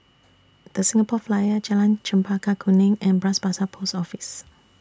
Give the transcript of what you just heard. The Singapore Flyer Jalan Chempaka Kuning and Bras Basah Post Office